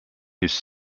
his